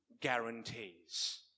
guarantees